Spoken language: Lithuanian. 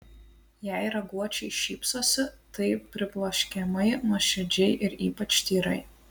jei raguočiai šypsosi tai pribloškiamai nuoširdžiai ir ypač tyrai